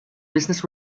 business